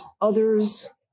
Others